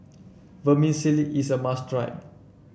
vermicelli is a must try